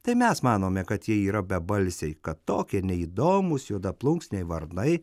tai mes manome kad jie yra bebalsiai kad tokie neįdomūs juodaplunksniai varnai